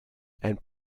and